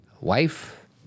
wife